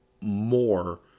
more